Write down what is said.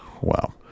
Wow